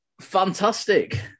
fantastic